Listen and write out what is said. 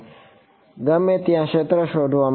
ગમે ત્યાં ક્ષેત્ર શોધવા માટે